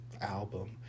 album